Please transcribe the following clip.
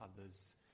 others